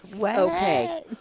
Okay